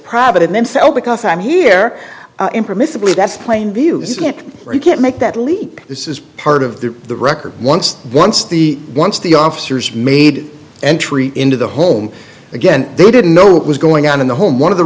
private and then so because i'm here impermissibly that's plain view or you can't make that leap this is part of the record once once the once the officers made entry into the home again they didn't know what was going on in the home one of the